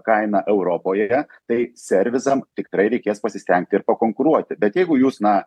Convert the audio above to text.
kainą europoje tai servisam tikrai reikės pasistengti ir pakonkuruoti bet jeigu jūs na